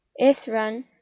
Ithran